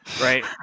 Right